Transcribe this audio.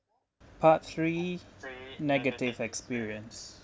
part three negative experience